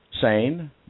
sane